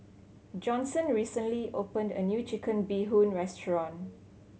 Johnson recently opened a new Chicken Bee Hoon restaurant